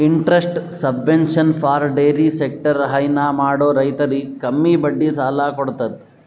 interest subvention for dairy sector ಹೈನಾ ಮಾಡೋ ರೈತರಿಗ್ ಕಮ್ಮಿ ಬಡ್ಡಿ ಸಾಲಾ ಕೊಡತದ್